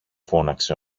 φώναξε